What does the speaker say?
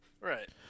Right